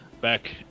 back